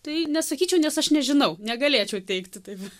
tai nesakyčiau nes aš nežinau negalėčiau teigti taip